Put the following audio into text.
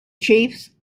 chiefs